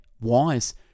wise